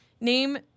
name